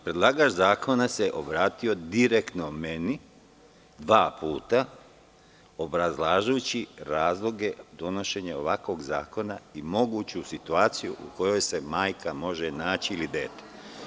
Predlagač zakona se direktno obratio meni dva puta, obrazlažući razloge donošenja ovakvog zakona i moguću situaciju u kojoj se majka može naći ili dete.